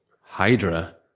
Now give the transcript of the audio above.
Hydra